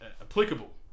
applicable